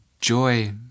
joy